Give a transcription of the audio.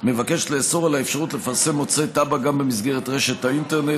מבקשת לאסור על האפשרות לפרסם מוצרי טבק גם במסגרת רשת האינטרנט.